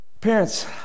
Parents